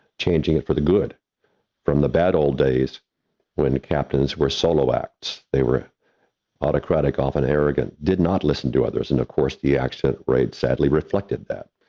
changing it for the good from the bad old days when captains were solo act, they were autocratic, often arrogant, did not listen to others. and of course, the accident rate sadly reflected that.